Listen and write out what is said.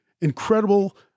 incredible